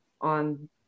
on